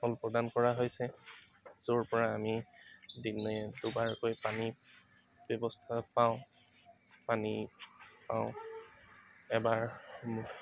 নল প্ৰদান কৰা হৈছে য'ৰ পৰা আমি দিনে দুবাৰকৈ পানী ব্যৱস্থা পাওঁ পানী পাওঁ এবাৰ